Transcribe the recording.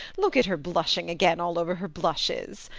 look at her blushing again all over her blushes!